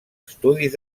estudis